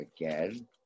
again